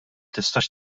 tistax